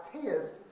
tears